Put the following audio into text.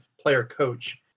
player-coach